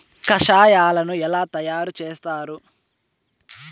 కషాయాలను ఎలా తయారు చేస్తారు?